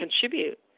contribute